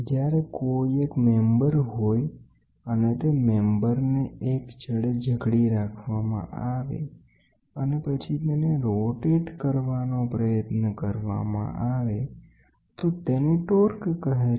જ્યારે કોઈ એક મેમ્બર હોય અને તે મેમ્બરને એક છેડે જકડી રાખવામાં આવે અને પછી તેને ફેરવવાનો પ્રયત્ન કરવામાં આવે તો તેને ટોર્ક કહે છે